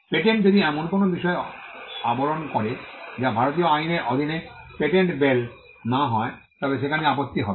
patent যদি এমন কোনও বিষয় আবরণ করে যা ভারতীয় আইনের অধীনে পেটেন্টেবল না হয় তবে সেখানে আপত্তি হবে